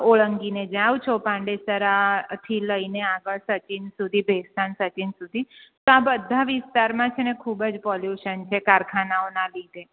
ઓળંગી ને જાઓ છો પાંડેસરાથી લઈને આગળ સચિન સુધી ભેસ્તાન સચિન સુધી તો આ બધા વિસ્તારમાં છે ને ખૂબ જ પોલ્યુશન છે કારખાનાઓના લીધે